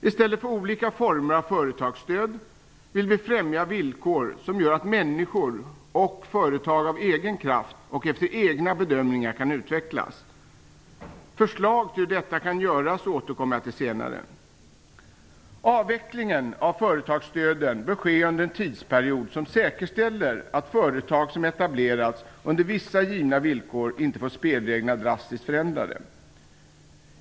I stället för olika former av företagsstöd vill vi främja villkor som gör att människor och företag av egen kraft och efter egna bedömningar kan utvecklas. Förslag till hur detta kan göras återkommer jag till senare. Avvecklingen av företagsstöden bör ske under en tidsperiod som säkerställer att företag som etablerats under vissa givna villkor inte får spelreglerna drastiskt förändrade.